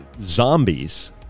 zombies